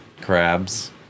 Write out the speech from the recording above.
crabs